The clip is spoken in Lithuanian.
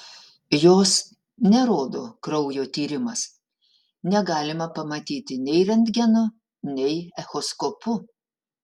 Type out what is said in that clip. jos nerodo kraujo tyrimas negalima pamatyti nei rentgenu nei echoskopu